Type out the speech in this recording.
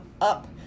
up